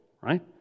right